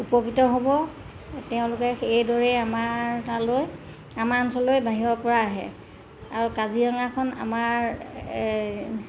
উপকৃত হ'ব তেওঁলোকে এইদৰে আমাৰ তালৈ আমাৰ অঞ্চললৈ বাহিৰৰপৰা আহে আৰু কাজিৰঙাখন আমাৰ